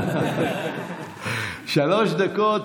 שלוש דקות.